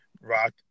rock